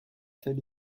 telle